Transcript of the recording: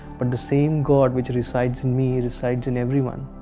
but the same god which resides in me resides in everyone.